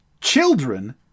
children